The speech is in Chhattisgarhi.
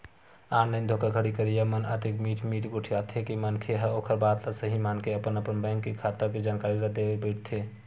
ऑनलाइन धोखाघड़ी करइया मन अतेक मीठ मीठ गोठियाथे के मनखे ह ओखर बात ल सहीं मानके अपन अपन बेंक खाता के जानकारी ल देय बइठथे